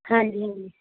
ਹਾਂਜੀ ਹਾਂਜੀ